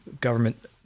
government